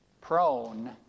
prone